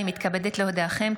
הינני מתכבדת להודיעכם,